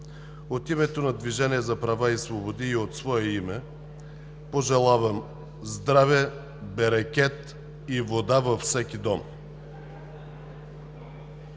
от името на „Движение за права и свободи“ и от свое име пожелавам здраве, берекет и вода във всеки дом!